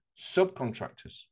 subcontractors